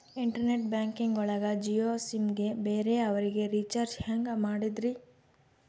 Internet banking ಒಳಗ Jio sim ಗೆ ಬೇರೆ ಅವರಿಗೆ ರೀಚಾರ್ಜ್ ಹೆಂಗ್ ಮಾಡಿದ್ರಿ?